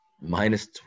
Minus